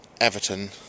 Everton